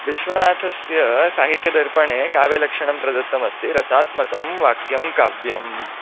विश्वनाथस्य साहित्यदर्पणे काव्यलक्षणं प्रदत्तमस्ति रसात्मकं वाक्यं काव्यं